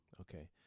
Okay